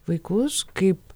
vaikus kaip